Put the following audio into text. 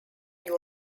you